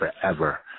forever